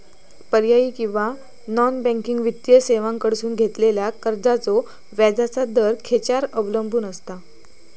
पर्यायी किंवा non banking वित्तीय सेवांकडसून घेतलेल्या कर्जाचो व्याजाचा दर खेच्यार अवलंबून आसता?